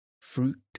fruit